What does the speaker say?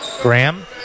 Graham